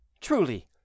Truly